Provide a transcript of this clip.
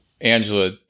Angela